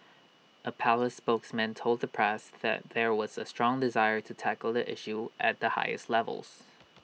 A palace spokesman told the press that there was A strong desire to tackle the issue at the highest levels